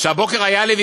שהבוקר היה לי ויכוח.